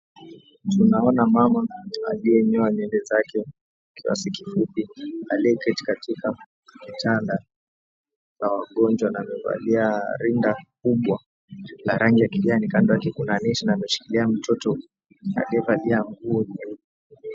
Tunaona mama aliyenyoa nywele zake kiasi kifupi aliyeketi katika kitanda cha wagonjwa na amevalia rinda kubwa la rangi ya kijani kando yake kuna neti na ameshikilia mtoto aliyevalia nguo nyeupe.